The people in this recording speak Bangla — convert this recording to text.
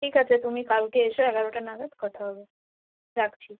ঠিক আছে তুমি কালকে এসো এগারোটা নাগাদ কথা হবে রাখছি